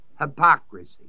hypocrisy